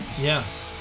Yes